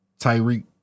Tyreek